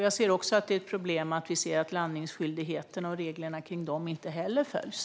Jag ser också att det är ett problem att reglerna kring landningsskyldigheten inte heller följs.